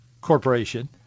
Corporation